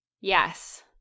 Yes